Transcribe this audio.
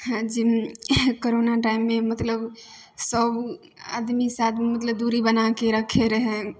है जे कोरोना टाइममे मतलब सब आदमी से आदमी मतलब दुरी बनाके रखै रहै